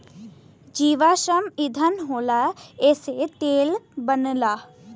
जीवाश्म ईधन होला एसे तेल बनला